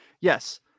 Yes